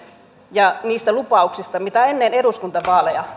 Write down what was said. niistä lupauksista mitä ennen eduskuntavaaleja